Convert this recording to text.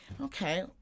Okay